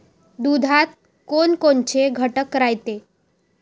दुधात कोनकोनचे घटक रायते?